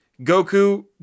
Goku